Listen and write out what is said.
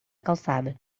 calçada